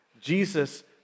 Jesus